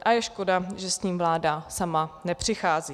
A je škoda, že s tím vláda sama nepřichází.